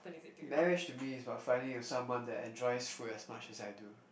marriage to me is about finding a someone that enjoys food as much as I do